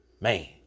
man